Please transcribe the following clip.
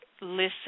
listen